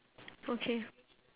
okay